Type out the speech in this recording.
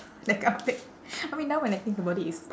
that kind of thing I mean now when I think about it it's